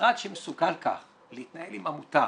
משרד שמסוגל כך להתנהל עם עמותה